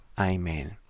Amen